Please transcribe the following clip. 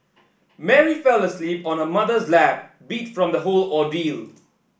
Mary fell asleep on her mother's lap beat from the whole ordeal